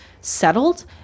settled